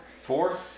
Four